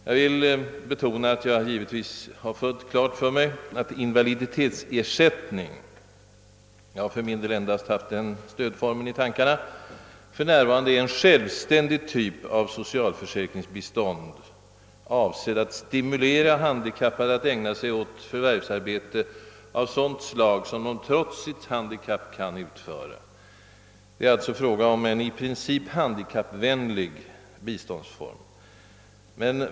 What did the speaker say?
Jag vill betona att jag givetvis har fullt klart för mig att invaliditetsersättning — jag har för min del endast haft den stödformen i tankarna — för närvarande är en självständig typ av socialförsäkringsbistånd avsett att stimulera handikappade att ägna sig åt förvärvsarbete av sådant slag som de trots sitt handikapp kan utföra. Det är alltså fråga om en i princip handikappvänlig biståndsform.